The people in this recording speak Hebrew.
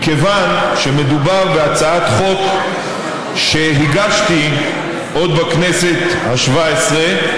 מכיוון שמדובר בהצעת חוק שהגשתי עוד בכנסת השבע-עשרה.